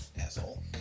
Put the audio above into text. Asshole